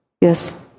Yes